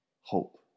Hope